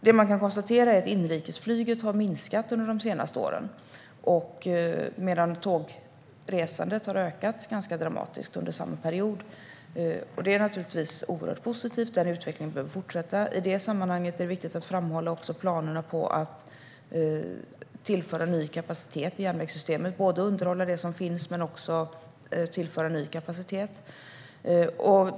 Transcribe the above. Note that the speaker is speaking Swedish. Det man kan konstatera är att inrikesflyget har minskat under de senaste åren medan tågresandet har ökat ganska dramatiskt under samma period. Det är naturligtvis oerhört positivt, och denna utveckling bör fortsätta. I sammanhanget är det viktigt att framhålla planerna på att tillföra ny kapacitet i järnvägssystemet. Det gäller både att underhålla det som finns och att tillföra ny kapacitet.